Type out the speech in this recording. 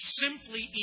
simply